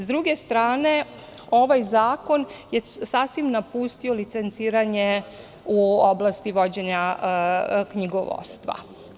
Sa druge strane, ovaj zakon je sasvim napustio licenciranje u oblasti vođenja knjigovodstva.